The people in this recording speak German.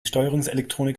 steuerungselektronik